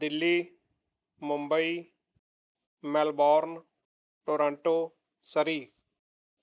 Delhi Mumbai Melbourne Toronto Surrey